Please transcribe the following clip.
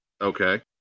Okay